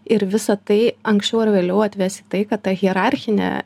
ir visa tai anksčiau ar vėliau atves į tai kad ta hierarchinė